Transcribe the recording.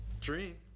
Dream